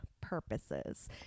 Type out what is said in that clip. purposes